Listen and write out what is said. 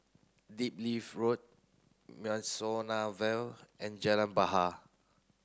Road Mimosa Vale and Jalan Bahar